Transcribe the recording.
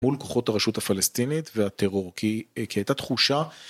מול כוחות הרשות הפלסטינית והטרור, כי.. כי הייתה תחושה.